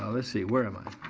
um let's see, where am i?